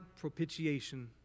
propitiation